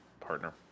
partner